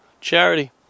Charity